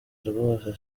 rwose